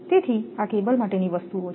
તેથી આ કેબલ માટેની વસ્તુઓ છે